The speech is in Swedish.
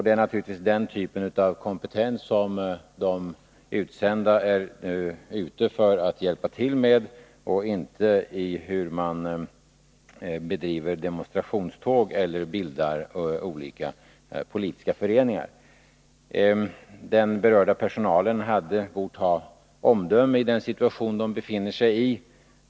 Det är naturligtvis för att råda bot på den typen av bristande kompetens som de utsända är där och inte för att hjälpa till med att ordna demonstrationståg eller bilda olika politiska föreningar. Den berörda personalen hade bort ha omdöme i den situation den befann sig i.